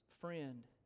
friend